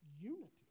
Unity